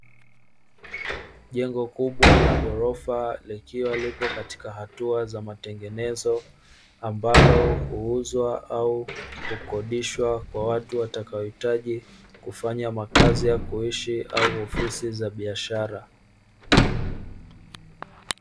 Jengo kubwa la gorofa likiwa lipo katika hatua za matengenezo, ambalo huuzwa au kukodishwa kwa watu watakaohitaji kufanya makazi ya kuishi au ofisi za biashara.